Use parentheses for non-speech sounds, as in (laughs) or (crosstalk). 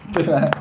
(laughs)